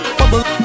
bubble